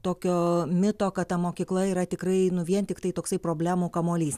tokio mito kad ta mokykla yra tikrai nu vien tiktai toksai problemų kamuolys